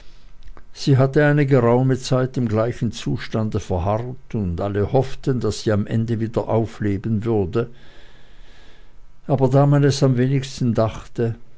sie hatte eine geraume zeit im gleichen zustande verharrt und alle hofften daß sie am ende wieder aufleben würde aber da man es am wenigsten dachte